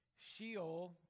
Sheol